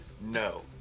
No